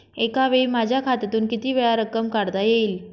एकावेळी माझ्या खात्यातून कितीवेळा रक्कम काढता येईल?